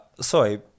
Sorry